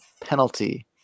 penalty